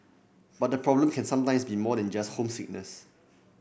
but the problem can sometimes be more than just homesickness